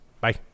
Bye